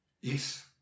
yes